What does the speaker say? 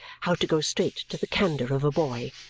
how to go straight to the candour of a boy.